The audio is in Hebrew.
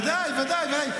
ודאי, ודאי.